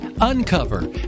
uncover